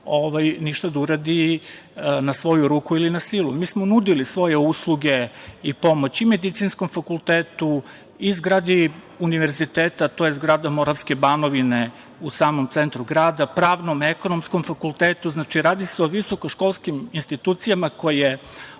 ništa da uradi na svoju ruku ili na silu. Mi smo nudili svoje usluge i pomoć i Medicinskom fakultetu i zgradi Univerziteta, to je zgrada Moravske banovine u samom centru grada, Pravnom i Ekonomskom fakultetu, znači radi se o visokoškolskim institucijama koje